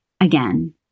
again